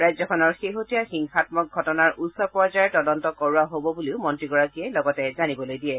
ৰাজ্যখনৰ শেহতীয়া হিংসাম্মক ঘটনাৰ উচ্চ পৰ্যায়ৰ তদন্ত কৰোৱা হ'ব বুলিও মন্ত্ৰীগৰাকীয়ে লগতে জানিবলৈ দিয়ে